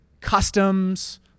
customs